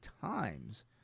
times